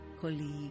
colleague